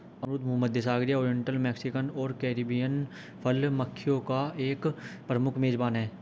अमरूद भूमध्यसागरीय, oriental, Mexican और कैरिबियन फल मक्खियों का एक प्रमुख मेजबान है